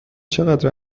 چقدر